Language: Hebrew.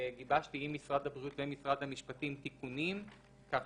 גיבשתי עם משרד הבריאות ומשרד המשפטים תיקונים כך